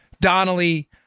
Donnelly